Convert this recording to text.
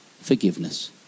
forgiveness